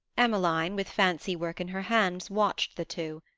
emmeline, with fancy work in her hands, watched the two.